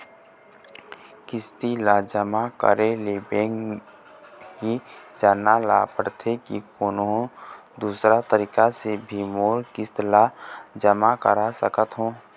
किस्त ला जमा करे ले बैंक ही जाए ला पड़ते कि कोन्हो दूसरा तरीका से भी मोर किस्त ला जमा करा सकत हो?